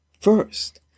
First